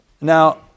Now